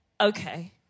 Okay